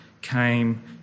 came